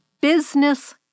business